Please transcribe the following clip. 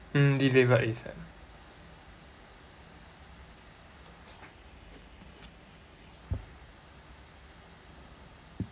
mm deliver asap